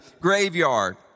graveyard